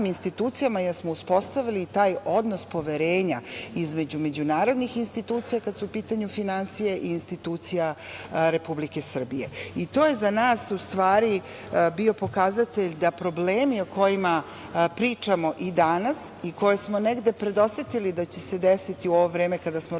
institucijama, jer smo uspostavili taj odnos poverenja između međunarodnih institucija kad su u pitanju finansije i institucija Republike Srbije. To je za nas, u stvari bio pokazatelj da problemi o kojima pričamo i danas i koje smo negde predosetili da će se desiti u ovo vreme kada smo razgovarali